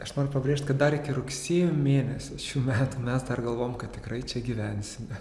aš noriu pabrėžt kad dar iki rugsėjo mėnesio šių metų mes dar galvojom kad tikrai čia gyvensime